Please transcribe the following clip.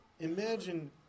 Imagine